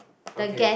okay